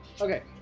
okay